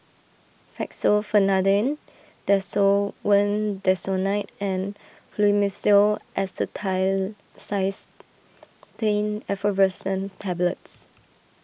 Fexofenadine Desowen Desonide and Fluimucil Acetylcysteine Effervescent Tablets